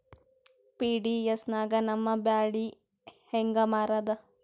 PDS ನಾಗ ನಮ್ಮ ಬ್ಯಾಳಿ ಹೆಂಗ ಮಾರದ?